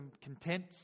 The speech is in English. content